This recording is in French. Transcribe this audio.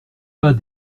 pas